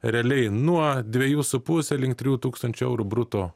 realiai nuo dvejų su puse link trijų tūkstančių eurų bruto